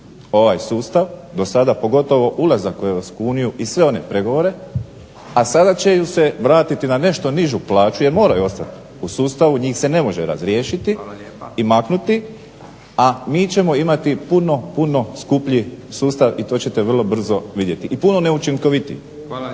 ovaj sustav, do sada pogotovo ulazak u Europsku uniju i sve one pregovore, a sada će se vratiti na nešto nižu plaću jer moraju ostati u sustavu. Njih se ne može razriješiti i maknuti. …/Upadica Leko: Hvala lijepa./… A mi ćemo imati puno, puno skuplji sustav i to ćete vrlo brzo vidjeti i puno neučinkovitiji.